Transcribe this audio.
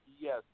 yes